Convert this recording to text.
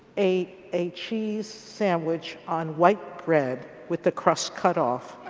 ate a cheese sandwich on white bread with the crust cut off.